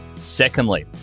Secondly